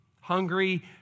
hungry